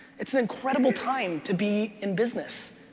it's an incredible time to be in business,